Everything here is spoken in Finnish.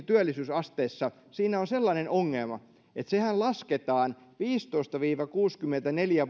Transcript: työllisyysasteessa on sellainen ongelma että lasketaan viisitoista viiva kuusikymmentäneljä